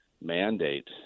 mandate